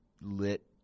lit